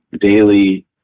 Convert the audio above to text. daily